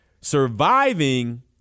Surviving